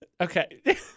Okay